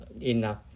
enough